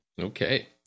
Okay